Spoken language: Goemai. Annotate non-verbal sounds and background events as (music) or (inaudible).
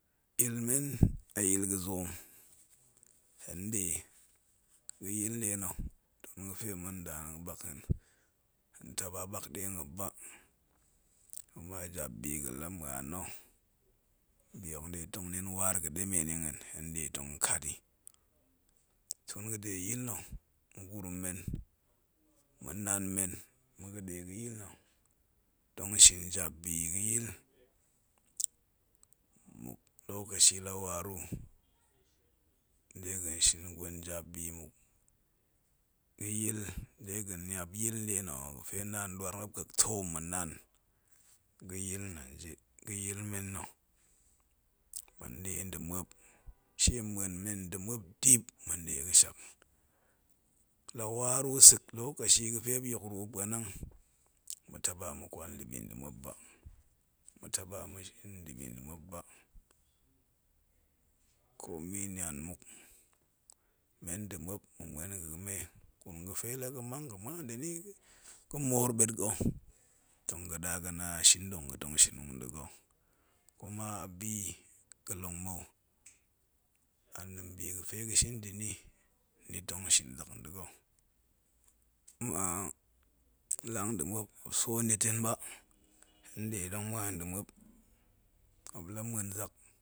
Yilmen a yil gazoom, hen nɗe ga̱yil nɗe nna, nda̱ ma̱ ga̱pe ma̱n da na̱ bak hen, hen taɓa ɓak die muop ba, kuma jabbi gaha muan na̱ bi hok nɗe tong nin waar ga̱ɗemen yi nhen, hen nɗe tong kat yi, tun gaɗe yil nna̱ ma̱gurum men, ma̱na̱a̱n men ma̱ ga̱ɗe ga̱yil nna̱, tong shin jabbi gayil, mmuk lokaci la waru, dega̱n shin gwen jabbi mmuk ga̱yil, dega̱n niap yil nɗe nna̱ ho ga̱fe naan ɗwar muop kek toom ma̱nan, ga̱yil nanja ga̱yl men nna̱, ma̱nɗe nda̱ muop ma̱ndɗe ga̱shak, la waru sek lokaci ga̱pe muop yok puwo puanung, ma̱ taɓa ma̱kwal nda̱bi nda̱ mup ba, ma̱ ta̱ba̱ ma̱shin nda̱bi nda̱ muop ba̱, komi nian muk, men nda̱ muop ma̱ muen ga̱ga̱me, gurum ga̱fe la ga̱mang ga̱ muan nda̱ ni ga na shinɗong ga̱tong shin muk nda̱ga̱, kuma a bi ga̱ ga̱ long mou, a nda̱a̱n bi gafe ga̱shin nda̱ ni, ni tong shin zak pa̱na̱ nda̱ ga̱ (hesitation) ma̱aa lang nda̱ muop, muop swo niet hen ba, hen nde tong muan yi nda̱ muop, muop la muen zak